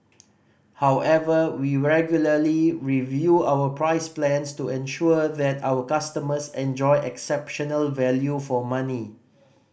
however we regularly review our price plans to ensure that our customers enjoy exceptional value for money